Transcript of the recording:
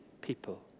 people